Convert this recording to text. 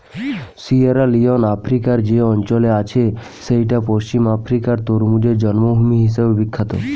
Sierra Leone আফ্রিকার যে অঞ্চলে আছে সেইটা পশ্চিম আফ্রিকার তরমুজের জন্মভূমি হিসাবে বিখ্যাত